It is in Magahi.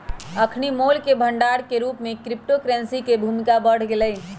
अखनि मोल के भंडार के रूप में क्रिप्टो करेंसी के भूमिका बढ़ गेलइ